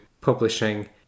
publishing